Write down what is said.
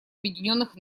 объединенных